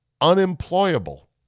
unemployable